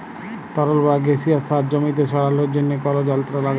তরল বা গাসিয়াস সার জমিতে ছড়ালর জন্হে কল যন্ত্র লাগে